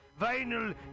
vinyl